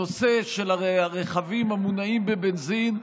הנושא של הרכבים המונעים בבנזין,